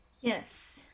Yes